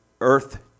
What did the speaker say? earth